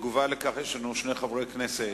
בתגובה על כך שני חברי הכנסת